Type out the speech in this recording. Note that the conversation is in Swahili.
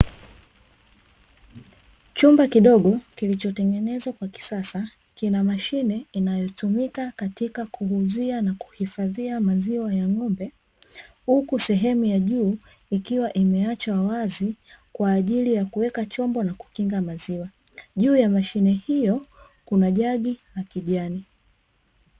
Chumba kidogo kilichotengenezwa kwa kisasa, kina mashine inayotumika kuuzia na kuhifadhia maziwa ya ng'ombe huku sehemu ya juu ikiwa imeachwa wazi kwa ajili ya kuweka chombo na kukinga maziwa. Juu ya mashine hiyo kuna jagi la kijani.